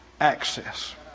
access